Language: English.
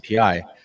API